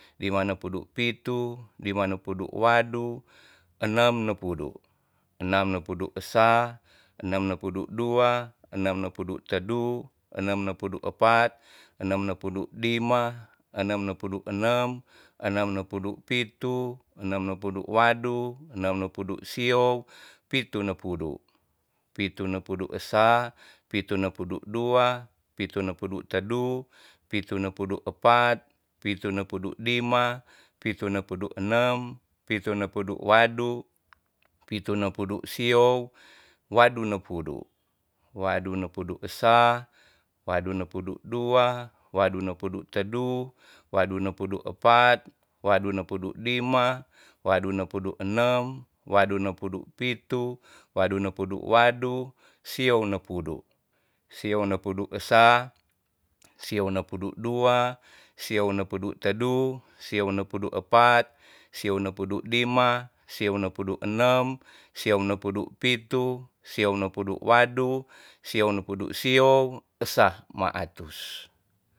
Lima ne pudu pitu, lima ne pudu wadu, enam ne pudu. enam ne pudu esa, enam ne pudu dua, enam ne pudu tedu, enem ne pudu epat, enem ne pudu lima, enem ne pudu enem, enem ne pudu pitu, enem ne pudu wadu, enem ne pudu siow, pitu ne pudu. pitu ne pudu esa, pitu ne pudu dua, pitu ne pudu tedu, pitu ne pudu epat, pitu ne pudu lima, pitu ne pudu enem, pitu ne pudu wadu, pitu ne pudu siow, wadu ne pudu. wadu ne pudu esa, wadu ne pudu dua, wadu ne pudu tedu, wadu ne pudu epat, wadu ne pudu lima, wadu ne pudu enem, wadu ne pudu pitu, wadu ne pudu wadu, siow ne pudu. siow ne pudu esa, siow ne pudu dua, siow ne pudu tedu, siow ne pudu epat, siow ne pudu lima, siow ne pudu enem, siow ne pudu pitu, siow ne wadu, siow ne pudu siow, esa ma atus.